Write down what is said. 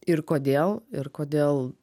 ir kodėl ir kodėl